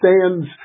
stands